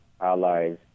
allies